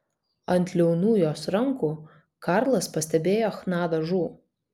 ant liaunų jos rankų karlas pastebėjo chna dažų